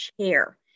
chair